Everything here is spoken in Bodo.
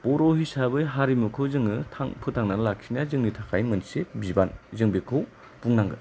बर' हिसाबै हारिमुखौ जोङो फोथांनानै लाखिनाया जोंनि थाखाय मोनसे बिबान जों बेखौ बुंनांगोन